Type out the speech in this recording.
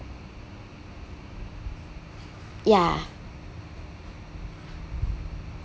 yeah